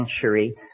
century